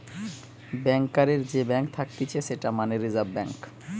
ব্যাংকারের যে ব্যাঙ্ক থাকতিছে সেটা মানে রিজার্ভ ব্যাঙ্ক